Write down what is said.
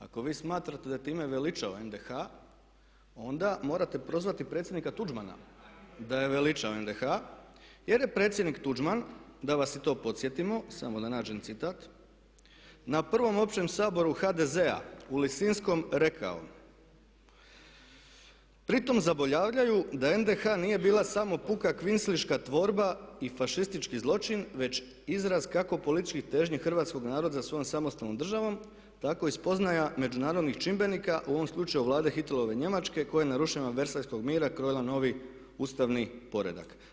Ako vi smatrate da je time veličao NDH onda morate prozvati predsjednika Tuđmana da je veličao NDH jer je predsjednik Tuđman da vas i to podsjetimo, samo da nađem citat na prvom Općem Saboru HDZ-a u Lisinskom rekao, pri tome zaboravljaju da NDH nije bila samo puka kvislinška tvorba i fašistički zločin već izraz kako političkih težnji hrvatskog naroda za svojom samostalnom državom tako i spoznaja međunarodnih čimbenika u ovom slučaju Vlade Hitlerove Njemačke koja je narušena od versajskog mira krojila novi ustavni poredak.